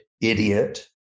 idiot